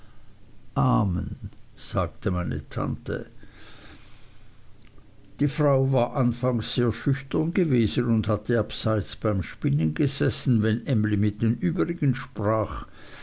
amen sagte meine tante die frau war anfangs sehr schüchtern gewesen und hatte abseits beim spinnen gesessen wenn emly mit den übrigen sprach